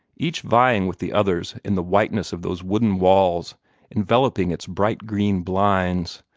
each vying with the others in the whiteness of those wooden walls enveloping its bright green blinds.